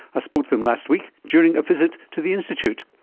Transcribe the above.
i spoke to them last week during a visit to the institute.